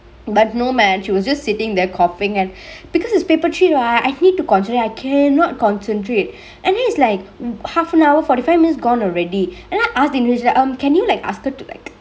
but no man she was just sittingk there coughingk and because it's paper three right I need to concentrate I cannot concentrate and then it's like half an hour forty five minutes gone already and then I ask the invilgilator um can you like ask her to like